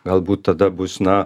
galbūt tada bus na